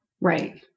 Right